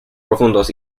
profundos